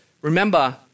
remember